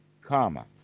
comma